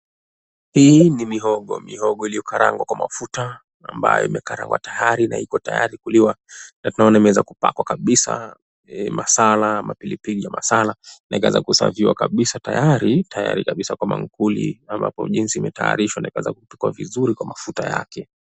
Hii ni mihogo mihogo ilio karangwa kwa mafuta iko tayari kuliwa na tunaona pakwa kabisa masala ama pilipili ya masala na ikaweza kusaviwa kabisa tayari kabisa kwa maankuli jinsi imetaarishwa na kuweza kupikwa vizuri kwa mafuta yake.